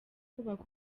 kubaka